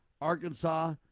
Arkansas